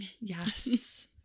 Yes